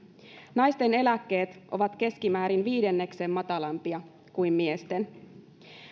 naisten eläkkeet ovat keskimäärin viidenneksen matalampia kuin miesten